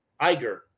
Iger